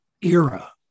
era